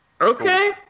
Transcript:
Okay